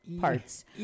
parts